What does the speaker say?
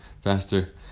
faster